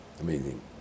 Amazing